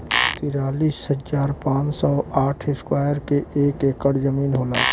तिरालिस हजार पांच सौ और साठ इस्क्वायर के एक ऐकर जमीन होला